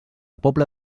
pobla